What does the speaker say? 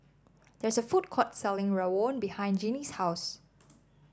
there is a food court selling rawon behind Jeanie's house